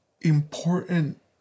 important